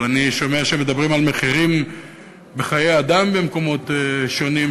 אבל אני שומע שמדברים על מחירים בחיי אדם במקומות שונים,